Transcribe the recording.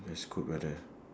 that's good brother